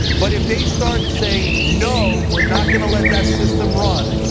but if they start saying, no, we're not going to let that system run,